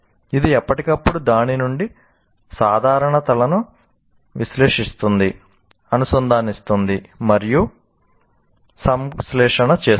ఇది ఎప్పటికప్పుడు దాని నుండి సాధారణతలను విశ్లేషిస్తుంది అనుసంధానిస్తుంది మరియు సంశ్లేషణ చేస్తుంది